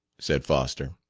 said foster.